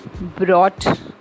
brought